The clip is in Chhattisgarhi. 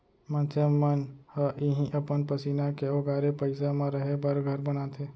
मनसे मन ह इहीं अपन पसीना के ओगारे पइसा म रहें बर घर बनाथे